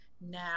now